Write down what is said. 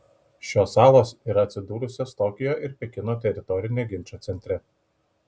šios salos yra atsidūrusios tokijo ir pekino teritorinio ginčo centre